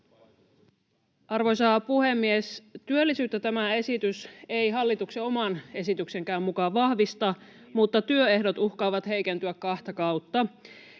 Arvoisa puhemies! Työllisyyttä tämä esitys ei hallituksen oman esityksenkään mukaan vahvista, mutta työehdot uhkaavat heikentyä kahta kautta.